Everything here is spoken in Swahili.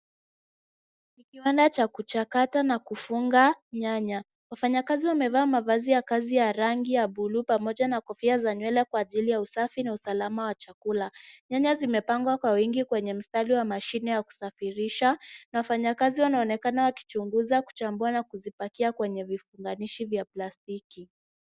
Kiwanda cha kuchakata na kufunga nyanya. Wafanyakazi wamevaa mavazi ya kazi ya rangi ya buluu pamoja na kofia za nywele kwa ajili ya usafi na usalama wa chakula. Nyanya zimepangwa kwa wingi kwenye mstari wa mashini ya kusafirisha. Wafanyakazi wanaonekana wakichunguza, kuchambua na kuzipakia kwenye vifunganishi vya plastiki.